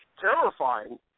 terrifying